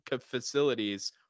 facilities